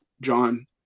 John